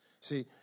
See